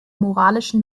moralischen